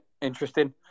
interesting